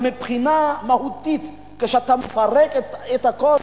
מבחינה מהותית, כשאתה מפרק את הכול,